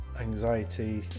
anxiety